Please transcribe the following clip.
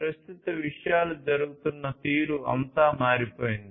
ప్రస్తుతం విషయాలు జరుగుతున్న తీరు అంతా మారిపోయింది